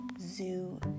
zoo